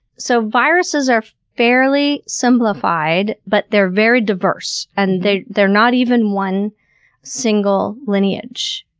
so viruses are fairly simplified, but they're very diverse, and they're they're not even one single lineage.